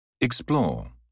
Explore